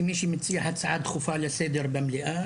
שמי שמציע הצעה דחופה לסדר במליאה,